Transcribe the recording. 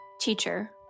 Teacher